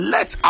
Let